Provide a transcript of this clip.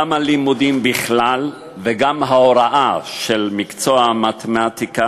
גם הלימודים בכלל וגם ההוראה של מקצוע המתמטיקה